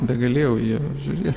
begalėjau į jį žiūrėt